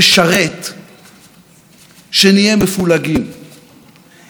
מי שמח כשהוא רואה שאנחנו רבים בתוכנו,